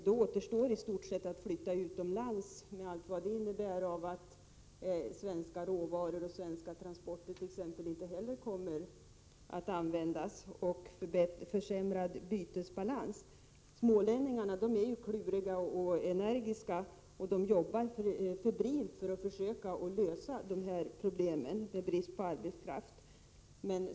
Det återstår för dem i stort sett att flytta utomlands, med allt vad det innebär, t.ex. att svenska råvaror och svenska transporter inte kommer att användas och att bytesbalansen försämras. Smålänningarna är kluriga och energiska, och de arbetar febrilt för att försöka lösa problemet med brist på arbetskraft.